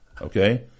Okay